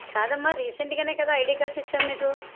కాదమ్మా రీసెంట్గానే కదా ఐడీ కార్డ్స్ ఇచ్చాము మీకు